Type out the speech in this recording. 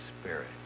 Spirit